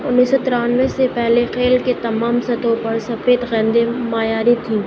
انیس سو ترانوے سے پہلے کھیل کے تمام سطحوں پرسفید گیندیں معیاری تھیں